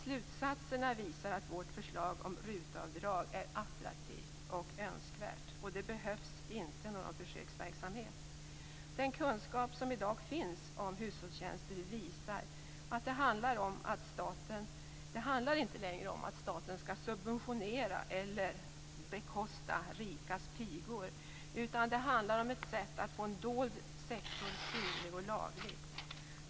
Slutsatserna visar att vårt förslag om RUT-avdrag är attraktivt och önskvärt och att det inte behövs någon försöksverksamhet. Den kunskap som i dag finns om hushållstjänster visar att det inte längre handlar om att staten skall subventionera eller bekosta rikas pigor, utan att det handlar om att göra en dold sektor synlig och laglig.